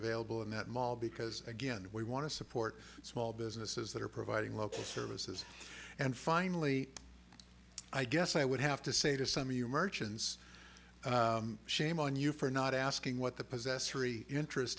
available in that mall because again we want to support small businesses that are providing local services and finally i guess i would have to say to some you merchants shame on you for not asking what the possessory interest